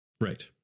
Right